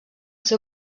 seu